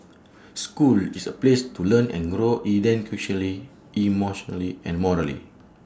school is A place to learn and grow educationally emotionally and morally